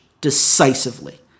decisively